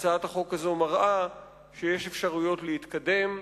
הצעת החוק הזאת מראה שיש אפשרויות להתקדם,